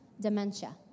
dementia